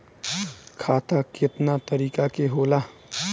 खाता केतना तरीका के होला?